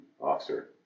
officer